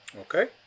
Okay